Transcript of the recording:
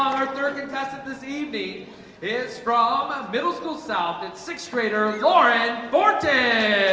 our third contestant this evening is from a middle school south that's sixth grader lauren forte